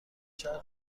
شهر